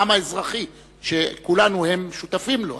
העם האזרחי שכולנו שותפים לו.